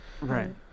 Right